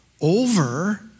over